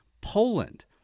Poland